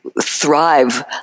thrive